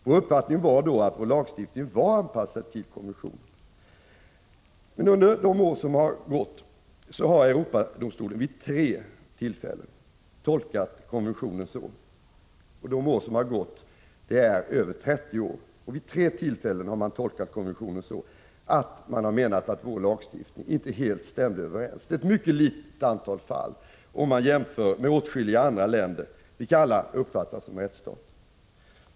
Vår uppfattning var då att vår lagstiftning var anpassad till konventionen. Men under de år som gått — 30 år — har Europadomstolen vid tre tillfällen tolkat konventionen så, att vår lagstiftning inte helt stämde överens med konventionen. Det rör sig om ett mycket litet antal fall om man jämför med åtskilliga andra länder, vilka alla uppfattas som rättsstater.